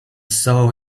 saw